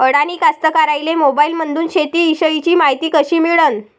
अडानी कास्तकाराइले मोबाईलमंदून शेती इषयीची मायती कशी मिळन?